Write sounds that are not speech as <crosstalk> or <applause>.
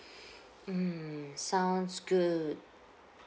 <breath> mm sounds good